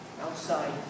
outside